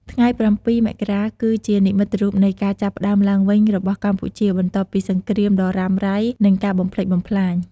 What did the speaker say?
ថ្ងៃ៧ មករា គឺជានិមិត្តរូបនៃការចាប់ផ្តើមឡើងវិញរបស់កម្ពុជា បន្ទាប់ពីសង្គ្រាមដ៏រ៉ាំរ៉ៃនិងការបំផ្លិចបំផ្លាញ។